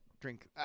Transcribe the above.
Drink